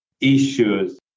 issues